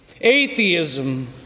atheism